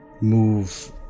move